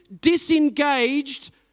disengaged